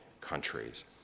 countries